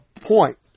point